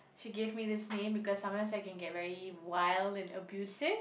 she gave me this name because sometimes I can get very wild and abusive